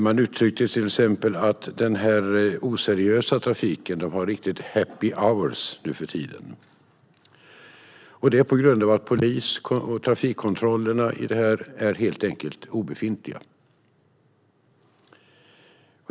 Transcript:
Man har till exempel uttryckt att den oseriösa trafiken har happy hour eftersom polisens trafikkontroller är obefintliga.